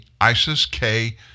ISIS-K